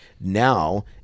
now